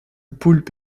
poulpe